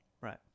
Right